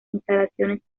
instalaciones